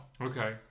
Okay